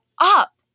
up